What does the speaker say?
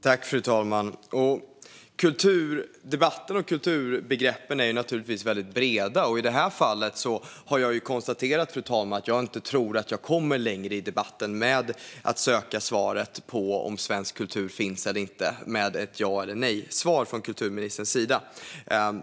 Fru talman! Kulturdebatten och kulturbegreppen är naturligtvis väldigt breda. I det här fallet har jag konstaterat, fru talman, att jag inte tror att jag kommer längre i debatten med att söka svaret på om svensk kultur finns eller inte. Jag kommer inte att få ett ja eller nej-svar från kulturministerns sida.